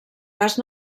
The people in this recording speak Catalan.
gas